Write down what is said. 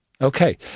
Okay